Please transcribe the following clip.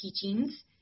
teachings